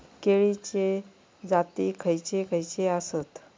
केळीचे जाती खयचे खयचे आसत?